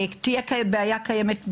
בעיה קיימת,